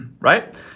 right